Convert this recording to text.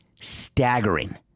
Staggering